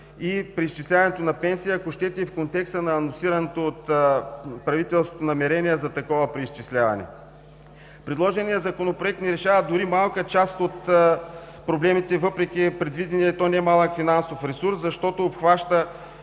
и преизчисляването на пенсиите, ако щете, в контекста на анонсираното от правителството намерение за такова преизчисляване. Предложеният Законопроект не решава дори малка част от проблемите въпреки предвидения, и то немалък финансов ресурс, защото обхваща